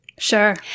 Sure